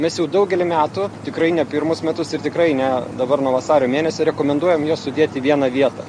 mes jau daugelį metų tikrai ne pirmus metus ir tikrai ne dabar nuo vasario mėnesio rekomenduojam juos sudėti į vieną vietą